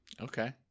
Okay